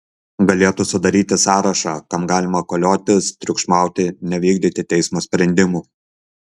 galėtų sudaryti sąrašą kam galima koliotis triukšmauti nevykdyti teismo sprendimų